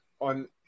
on